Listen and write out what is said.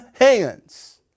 hands